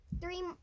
three